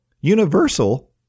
Universal